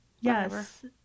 yes